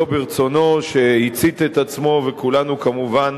שלא ברצונו, שהצית את עצמו, וכולנו כמובן